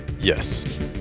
Yes